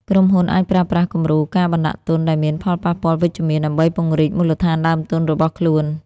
ក្រុមហ៊ុនអាចប្រើប្រាស់គំរូការបណ្ដាក់ទុនដែលមានផលប៉ះពាល់វិជ្ជមាន ដើម្បីពង្រីកមូលដ្ឋានដើមទុនរបស់ខ្លួន។